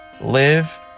Live